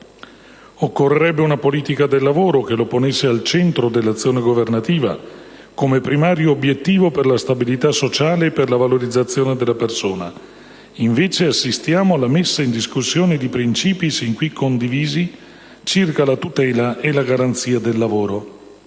Occorrerebbe una politica del lavoro, che lo ponesse al centro della azione governativa, come primario obbiettivo per la stabilità sociale e per la valorizzazione della persona. Invece assistiamo alla messa in discussione di principi sin qui condivisi circa la tutela e la garanzia del lavoro.